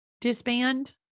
disband